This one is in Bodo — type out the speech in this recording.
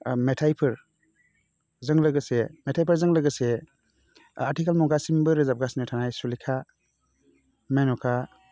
मेथाइफोर जों लोगोसे मेथाइफोरजों लोगोसे आथिखाल मुगासिमबो रोजाबगासिनो थानाय सुलेखा मेनखा